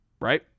right